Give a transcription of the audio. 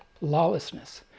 lawlessness